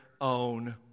own